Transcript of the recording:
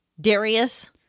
Darius